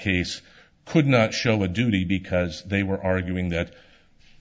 case could not show a duty because they were arguing that